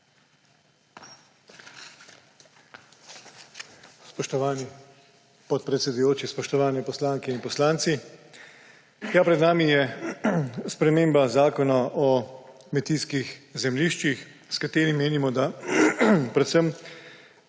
Spoštovani predsedujoči, spoštovani poslanke in poslanci! Pred nami je sprememba Zakona o kmetijskih zemljiščih, s katerim menimo, da predvsem